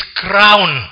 crown